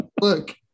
Look